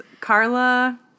Carla